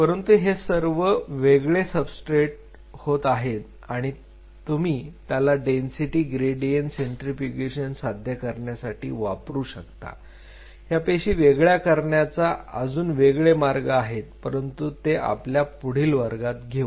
परंतु हे सर्व वेगळे सबस्ट्रेट होत आहेत आणि तुम्ही त्याला डेन्सिटी ग्रेडियंट सेंट्रीफ्युगेशन साध्य करण्यासाठी वापरू शकता या पेशी वेगळ्या करण्याचा अजून वेगळे मार्ग आहेत परंतु ते आपण आपल्या पुढील वर्गात घेऊ